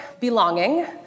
Belonging